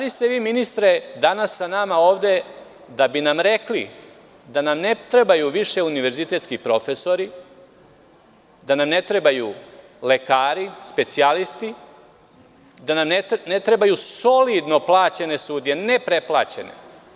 Ministre, da li ste danas sa nama ovde da bi nam rekli da nam ne trebaju više univerzitetski profesori, da nam ne trebaju lekari, specijalisti, da namne trebaju solidno plaćene sudije, ne preplaćene?